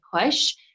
push